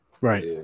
Right